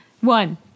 One